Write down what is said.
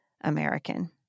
American